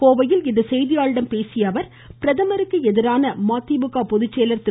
கோவையில் இன்று செய்தியாளர்களிடம் பேசிய அவர் பிரதமருக்கு எதிரான மதிமுக பொதுச்செயலர் திரு